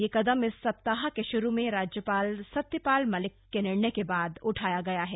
यह कदम इस सप्ताह के शुरू में राज्यपाल सत्यपाल मलिक के निर्णय के बाद उठाया गया है